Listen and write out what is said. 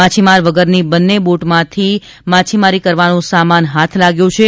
માછીમાર વગરની બંને બોટમાંથી માછીમારી કરવાનો સામાન હાથ લાગ્યો છે